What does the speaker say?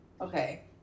Okay